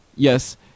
Yes